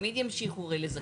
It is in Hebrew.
הרי תמיד ימשיכו לזקק,